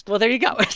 well, there you go.